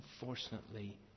unfortunately